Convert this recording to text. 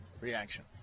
reaction